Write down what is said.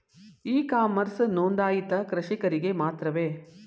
E commerce ನೊಂದಾಯಿತ ಕೃಷಿಕರಿಗೆ ಮಾತ್ರವೇ?